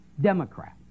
Democrat